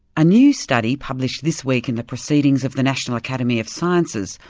a new study published this week in the proceedings of the national academy of sciences,